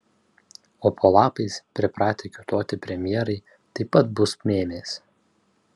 o po lapais pripratę kiūtoti premjerai taip pat bus mėmės